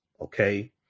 okay